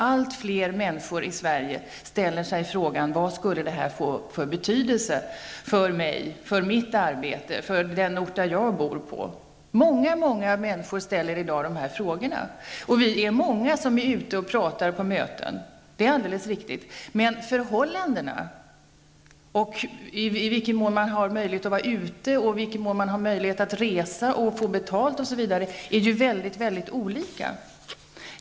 Allt fler människor i Sverige ställer sig frågan: Vad skulle ett EG-medlemskap få för betydelse för mig, för mitt arbete och för den ort som jag bor på? Vi är många som är ute och talar på möten, men förhållandena -- i vilken mån man har möjlighet att vara ute, att resa, att få betalt osv. -- är ju väldigt olika.